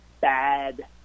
bad